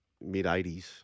Mid-80s